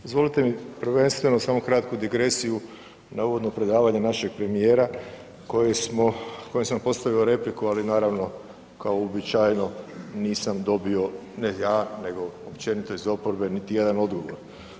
Dozvolite mi prvenstveno samo kratku digresiju na uvodno predavanje našeg premijera koje smo, kojem sam postavio repliku, ali naravno kao uobičajeno nisam dobio, ne ja nego općenito iz oporbe niti jedan odgovor.